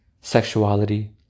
sexuality